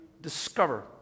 discover